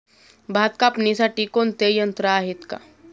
भात कापणीसाठी कोणते यंत्र आहेत का?